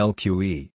Lqe